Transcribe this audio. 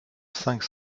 cinq